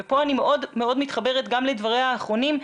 ופה אני מאוד מאוד מתחברת גם לדבריה האחרונים,